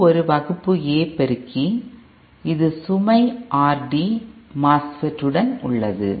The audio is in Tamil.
இது ஒரு வகுப்பு A பெருக்கி இது சுமை RD MOSFET உடன் உள்ளது